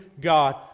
God